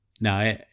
No